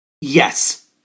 Yes